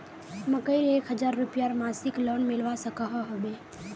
मकईर एक हजार रूपयार मासिक लोन मिलवा सकोहो होबे?